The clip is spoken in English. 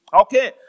Okay